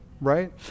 right